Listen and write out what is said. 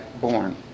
born